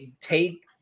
take